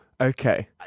Okay